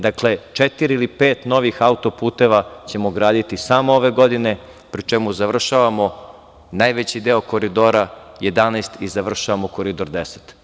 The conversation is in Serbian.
Dakle, četiri ili pet novih auto-puteva ćemo graditi i samo ove godine, pri čemu završavamo najveći deo Koridora 11 i završavamo Koridor 10.